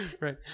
Right